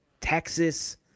Texas